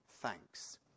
thanks